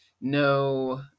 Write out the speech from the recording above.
no